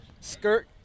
Skirt